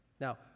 Now